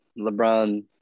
LeBron